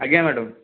ଆଜ୍ଞା ମ୍ୟାଡ଼ାମ୍